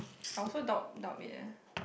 I also doubt doubt it leh